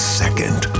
second